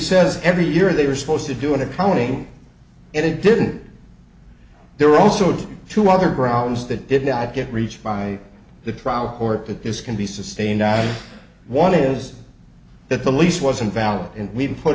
says every year they were supposed to do an accounting and they didn't there are also two other grounds that did not get reached by the trial court but this can be sustained one is that the lease wasn't valid and we've put